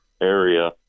area